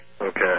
Okay